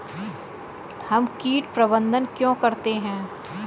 हम कीट प्रबंधन क्यों करते हैं?